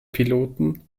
piloten